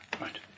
Right